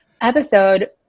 episode